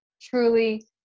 Truly